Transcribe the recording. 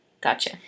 Gotcha